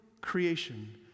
creation